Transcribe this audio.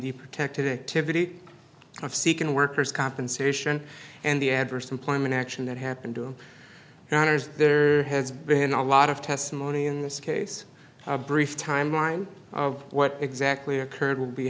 the protect addictively of seeking worker's compensation and the adverse employment action that happened to him there has been a lot of testimony in this case a brief timeline of what exactly occurred will be